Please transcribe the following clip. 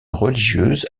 religieuse